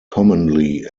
commonly